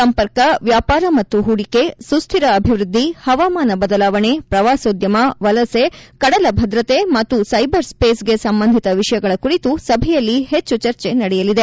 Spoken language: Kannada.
ಸಂಪರ್ಕ ವ್ಯಾಪಾರ ಮತ್ತು ಹೂಡಿಕೆ ಸುಕ್ಕಿರ ಅಭಿವೃದ್ಧಿ ಹವಾಮಾನ ಬದಲಾವಣೆ ಪ್ರವಾಸೋದ್ಯಮ ವಲಸೆ ಕಡಲ ಭದ್ರತೆ ಮತ್ತು ಸೈಬರ್ ಸ್ಷೇಸ್ಗೆ ಸಂಬಂಧಿತ ವಿಷಯಗಳ ಕುರಿತು ಸಭೆಯಲ್ಲಿ ಹೆಚ್ಚು ಚರ್ಚೆ ನಡೆಯಲಿದೆ